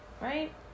right